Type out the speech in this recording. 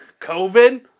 COVID